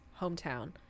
hometown